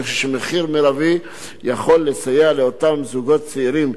אני חושב שמחיר מרבי יכול לסייע לאותם זוגות צעירים,